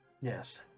Yes